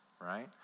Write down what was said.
right